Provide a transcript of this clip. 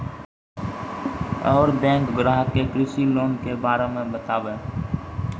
और बैंक ग्राहक के कृषि लोन के बारे मे बातेबे?